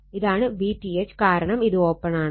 ഇതാണ് VTH കാരണം ഇത് ഓപ്പൺ ആണ്